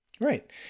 Right